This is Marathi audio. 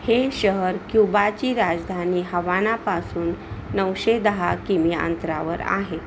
हे शहर क्यूबाची राजधानी हवानापासून नऊशे दहा किमी अंतरावर आहे